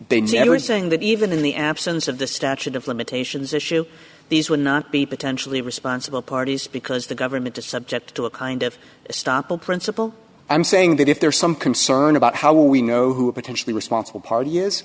generally saying that even in the absence of the statute of limitations issue these would not be potentially responsible parties because the government is subject to a kind of stoppel principle i'm saying that if there is some concern about how we know who potentially responsible party is